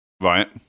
Right